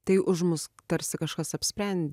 tai už mus tarsi kažkas apsprendžia